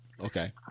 Okay